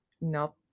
Nope